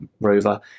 rover